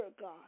God